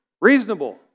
reasonable